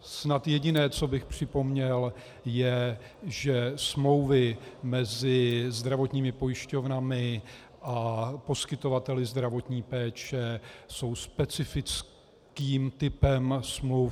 Snad jediné, co bych připomněl, je, že smlouvy mezi zdravotními pojišťovnami a poskytovateli zdravotní péče jsou specifickým typem smluv.